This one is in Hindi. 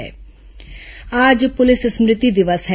पुलिस स्मृति दिवस आज पुलिस स्मृति दिवस है